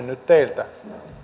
nyt teiltä